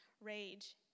rage